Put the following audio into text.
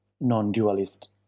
non-dualist